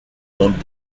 dans